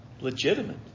legitimate